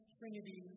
Trinity